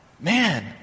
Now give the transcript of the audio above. man